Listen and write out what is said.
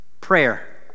Prayer